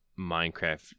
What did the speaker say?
Minecraft